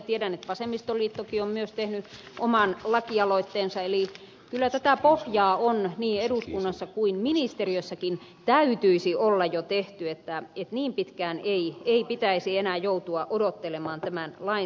tiedän että vasemmistoliittokin on myös tehnyt oman lakialoitteensa eli kyllä tätä pohjaa niin eduskunnassa kuin ministeriössäkin täytyy olla jo tehtynä niin että näin pitkään ei pitäisi enää joutua odottelemaan tämän lain säätämistä